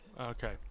Okay